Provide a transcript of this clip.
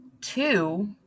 two